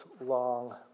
long